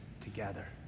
together